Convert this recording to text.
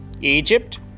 Egypt